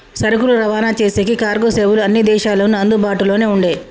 సరుకులు రవాణా చేసేకి కార్గో సేవలు అన్ని దేశాల్లోనూ అందుబాటులోనే ఉండే